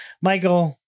Michael